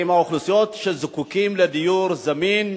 עם האוכלוסיות שזקוקות לדיור זמין.